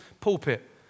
pulpit